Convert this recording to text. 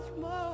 more